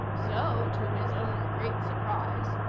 so, to his own great surprise,